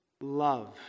Love